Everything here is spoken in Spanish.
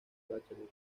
bachelet